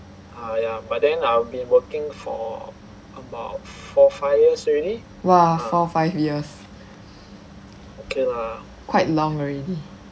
!wah! four five years quite long already